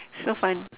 so fun